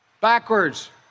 Backwards